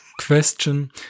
question